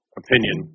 opinion